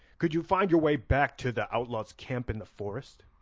could you find your way back to the outlaws' camp in the forest?